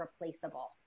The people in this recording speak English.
replaceable